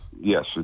Yes